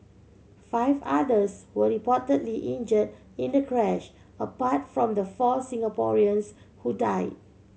five others were reportedly injured in the crash apart from the four Singaporeans who died